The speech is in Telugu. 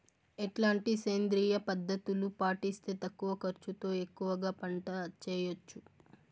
ఎట్లాంటి సేంద్రియ పద్ధతులు పాటిస్తే తక్కువ ఖర్చు తో ఎక్కువగా పంట చేయొచ్చు?